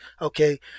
okay